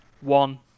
one